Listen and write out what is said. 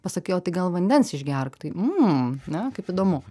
pasakai o tai gal vandens išgerk tai m ne kaip įdomu